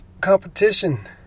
competition